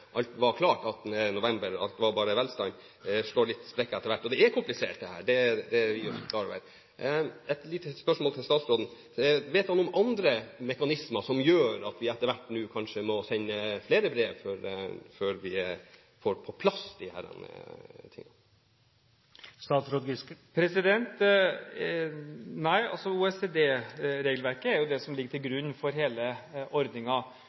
alt var klart 18. november – at alt bare var velstand – slår litt sprekker etter hvert. Og det er komplisert, dette – det er vi også klar over. Et lite spørsmål til statsråden: Vet han om andre mekanismer som gjør at vi etter hvert nå kanskje må sende flere brev, før vi får disse tingene på plass? Nei, OECD-regelverket er jo det som ligger til